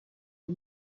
les